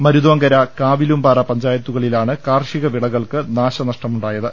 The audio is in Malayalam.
മരുതോങ്കര കാവി ലുംപാറ പഞ്ചായത്തുകളിലാണ് കാർഷികവിളകൾക്ക് നാശനഷ്ടമുണ്ടാ യത്